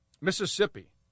Mississippi